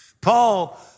Paul